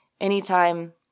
anytime